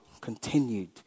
continued